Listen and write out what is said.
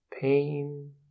Pain